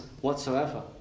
whatsoever